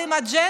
באתם עם אג'נדה,